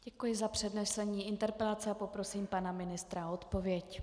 Děkuji za přednesení interpelace a poprosím pana ministra o odpověď.